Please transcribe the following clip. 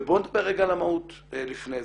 ובוא נדבר רגע על המהות לפני זה.